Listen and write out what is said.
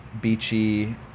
beachy